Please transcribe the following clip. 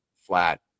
flat